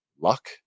luck